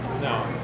No